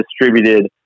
distributed